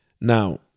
Now